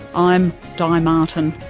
i'm di martin